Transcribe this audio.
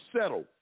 settle